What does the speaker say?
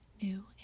New